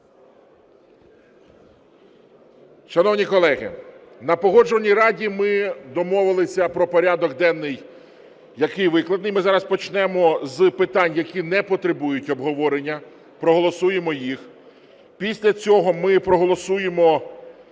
Шановні колеги, на Погоджувальній раді ми домовились про порядок денний, який викладений… ми зараз почнемо з питань, які не потребують обговорення, проголосуємо їх. Після цього ми проголосуємо